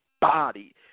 body